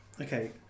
okay